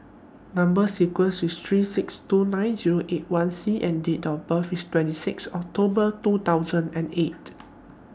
Number sequence IS T three six two nine Zero eight one C and Date of birth IS twenty six October two thousand and eight